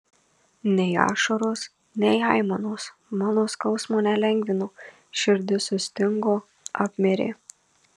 nei ašaros nei aimanos mano skausmo nelengvino širdis sustingo apmirė